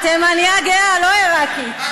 תימנייה גאה, לא עיראקית.